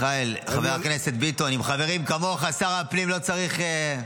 חבר הכנסת ביטון, עם חברים כמוך שר הפנים לא צריך,